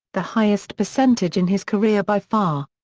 the highest percentage in his career by far.